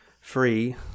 free